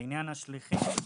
לעניין השליחים,